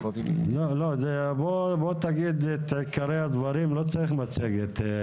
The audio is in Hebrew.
לא, בוא תגיד את עיקרי הדברים, לא צריך מצגת.